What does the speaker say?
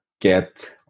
get